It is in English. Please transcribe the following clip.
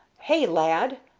hey, lad,